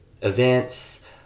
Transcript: events